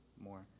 more